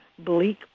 bleak